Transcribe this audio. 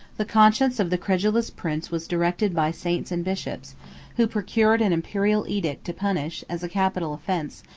the conscience of the credulous prince was directed by saints and bishops who procured an imperial edict to punish, as a capital offence,